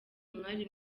umwari